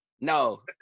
No